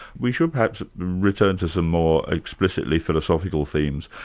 we should perhaps return to some more explicitly philosophical themes.